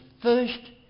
first